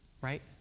right